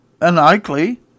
Unlikely